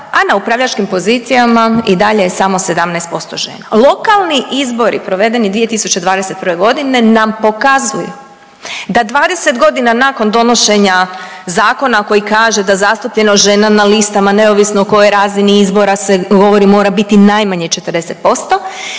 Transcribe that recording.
a na upravljačkim pozicijama i dalje je samo 17% žena. Lokalni izbori provedeni 2021. g. nam pokazuju da 20 godina nakon donošenje zakona koji kaže da zastupljenost žena na listama neovisno o kojoj razini izbora se govori mora bit najmanje 40%